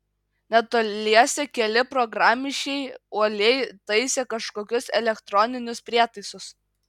netoliese keli programišiai uoliai taisė kažkokius elektroninius prietaisus